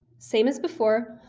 same as before,